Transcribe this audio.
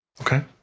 Okay